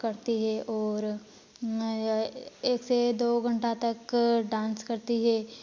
करती हैं और एक से दो घंटा तक डांस करती हैं